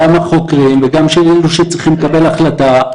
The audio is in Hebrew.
גם החוקרים וגם אלה שצריכים לקבל החלטה,